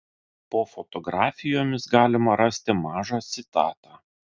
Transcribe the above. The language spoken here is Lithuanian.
po fotografijomis galima rasti mažą citatą